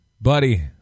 Buddy